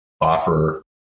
offer